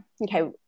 okay